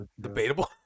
Debatable